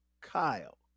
Kyle